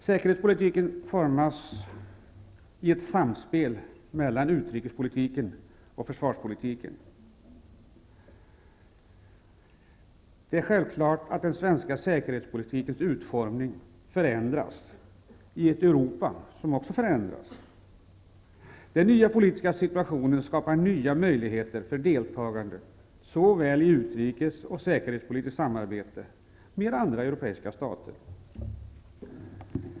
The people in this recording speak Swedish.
Säkerhetspolitiken formas i ett samspel mellan utrikespolitiken och försvarspolitiken. Det är självklart att den svenska säkerhetspolitikens utformning också förändras i ett Europa som förändras. Den nya politiska situationen skapar nya möjligheter för deltagande i utrikes och säkerhetspolitiskt samarbete med andra europeiska stater.